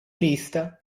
liszt